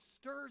stirs